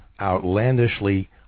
outlandishly